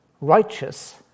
righteous